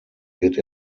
wird